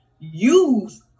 use